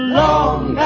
long